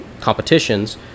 competitions